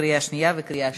לקריאה שנייה וקריאה שלישית.